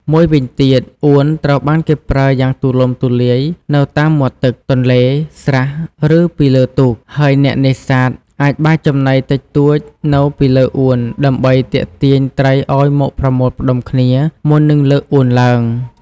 មួយវិញទៀត អួនត្រូវបានគេប្រើយ៉ាងទូលំទូលាយនៅតាមមាត់បឹង ទន្លេ ស្រះ ឬពីលើទូក ហើយអ្នកនេសាទអាចបាចចំណីតិចតួចនៅពីលើអួន ដើម្បីទាក់ទាញត្រីឲ្យមកប្រមូលផ្តុំគ្នា មុននឹងលើកអួនឡើង។